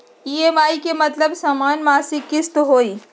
EMI के मतलब समान मासिक किस्त होहई?